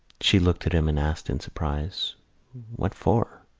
she looked at him and asked in surprise what for?